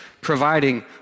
providing